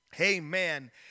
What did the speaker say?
Amen